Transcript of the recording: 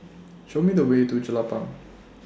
Show Me The Way to Jelapang